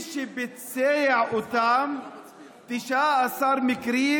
מי שביצע אותם 19 מקרים,